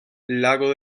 lago